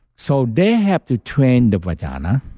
so, they have to train the vagina.